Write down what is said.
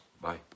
Bye